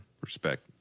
respect